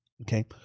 Okay